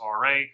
RA